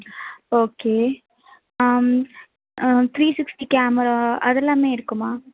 okay three sixty camera அதெல்லாமே இருக்குமா